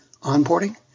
onboarding